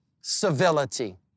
civility